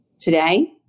today